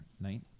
night